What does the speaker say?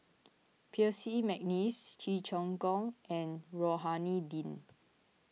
Percy McNeice Cheong Choong Kong and Rohani Din